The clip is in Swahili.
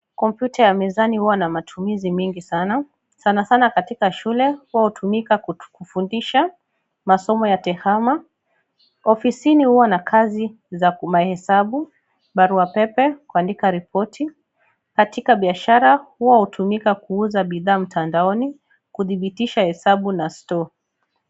Kompyuta ya mezani huwa na matumizi mingi sana. Sana sana katika shule, huwa hutumika kufundisha masomo ya tehama. Ofisini huwa na kazi, za mahesabu, barua pepe, kuandika ripoti. Katika biashara huwa hutumika kuuza bidhaa mtandaoni, kudhibitisha hesabu na store .